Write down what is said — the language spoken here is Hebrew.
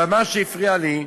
אבל מה שהפריע לי,